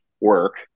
work